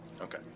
okay